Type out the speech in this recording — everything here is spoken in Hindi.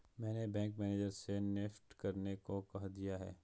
मैंने बैंक मैनेजर से नेफ्ट करने को कह दिया है